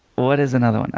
what is another one?